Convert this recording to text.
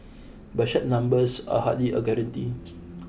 but such numbers are hardly a guarantee